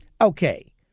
Okay